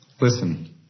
Listen